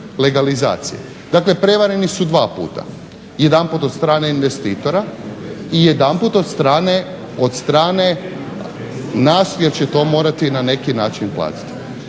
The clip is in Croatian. legalizacije. Dakle, prevareni su dva puta, jedanput od strane investitora i jedanput od strane nas jer će to morati na neki način platiti.